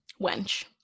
Wench